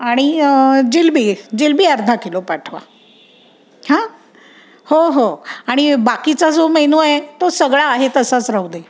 आणि जिलेबी जिलेबी अर्धा किलो पाठवा हां हो हो आणि बाकीचा जो मेनू आहे तो सगळा आहे तसाच राहू दे